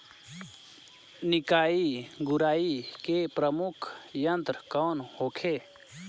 निकाई गुराई के प्रमुख यंत्र कौन होखे?